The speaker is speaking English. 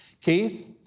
Keith